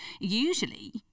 usually